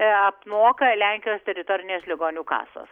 apmoka lenkijos teritorinės ligonių kasos